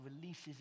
releases